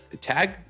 tag